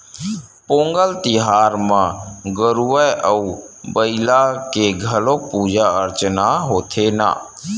पोंगल तिहार म गरूवय अउ बईला के घलोक पूजा अरचना होथे न